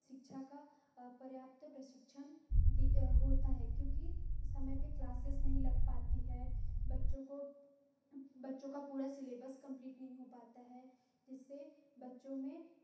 शिक्षा का पर्याप्त प्रशिक्षण दि होता है क्योंकि समय पर क्लासेज़ नहीं लग पाती है बच्चों को बच्चों का पूरा सिलेबस कंप्लीट नहीं हो पाता है जिससे बच्चों में